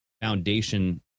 foundation